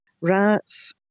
rats